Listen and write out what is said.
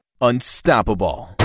unstoppable